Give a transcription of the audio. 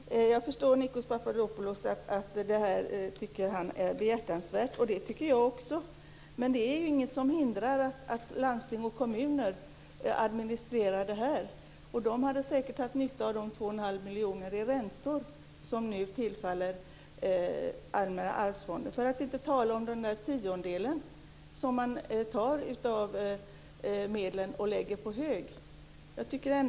Fru talman! Jag förstår att Nikos Papadopoulos tycker att det är behjärtansvärt, och det tycker också jag. Men det är inget som hindrar att landsting och kommuner administrerar det. De hade säkert haft nytta av de 2 1⁄2 miljoner i räntor som nu tillfaller Allmänna arvsfonden. För att inte tala om den tiondel som man tar av medlen och lägger på hög.